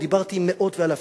ודיברתי עם מאות ואלפים,